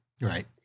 Right